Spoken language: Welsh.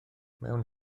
mewn